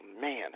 man